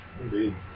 Indeed